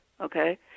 Okay